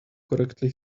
correctly